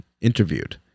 interviewed